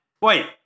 Wait